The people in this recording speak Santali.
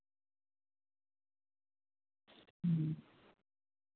ᱦᱩᱸ